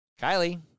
Kylie